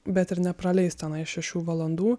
bet ir nepraleis tenai šešių valandų